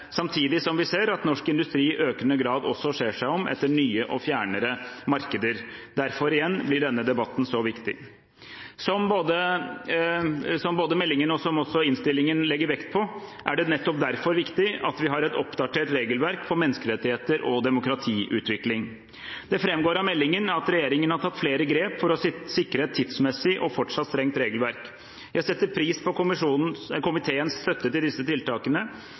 samtidig som vi ser at norsk industri i økende grad også ser seg om etter nye og fjernere markeder. Derfor – igjen – blir denne debatten så viktig. Som både meldingen og innstillingen legger vekt på, er det nettopp derfor viktig at vi har et oppdatert regelverk for menneskerettigheter og demokratiutvikling. Det framgår av meldingen at regjeringen har tatt flere grep for å sikre et tidsmessig og fortsatt strengt regelverk. Jeg setter pris på komiteens støtte til de tiltakene